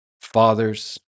fathers